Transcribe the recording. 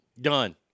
Done